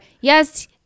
Yes